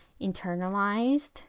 internalized